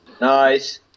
Nice